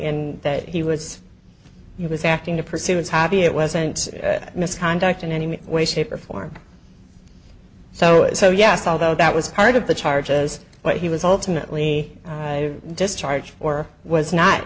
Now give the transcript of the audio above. and that he was he was acting to pursue his hobby it wasn't misconduct in any way shape or form so so yes although that was part of the charges what he was ultimately discharge for was not